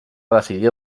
decidir